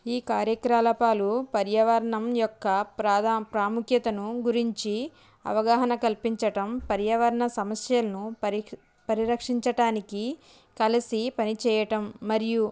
ఈ కార్యక్రలాపాలు పర్యావరణం యొక్క ప్రధా ప్రాముఖ్యతను గురించి అవగాహన కల్పించటం పర్యావరణ సమస్యల్ను పరీక్షిం పరిరక్షించటానికి కలిసి పనిచేయటం మరియు